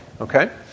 okay